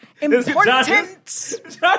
important